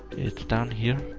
it's down here.